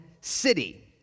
city